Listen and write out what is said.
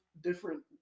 different